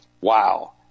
Wow